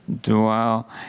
dwell